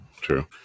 True